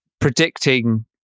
predicting